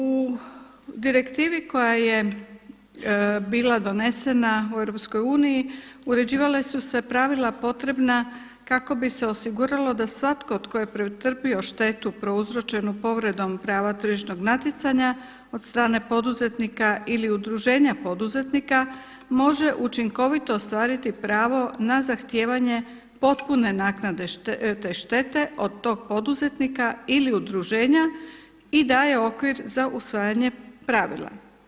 U direktivi koja je bila donesena u EU uređivala su se pravila potrebna kako bi se osiguralo da svatko tko je pretrpio štetu prouzročenu povredom prava tržišnog natjecanja od strane poduzetnika ili udruženja poduzetnika može učinkovito ostvariti pravo na zahtijevanje potpune naknade štete od tog poduzetnika ili udruženja i daje okvir za usvajanje pravila.